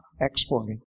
exporting